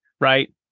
right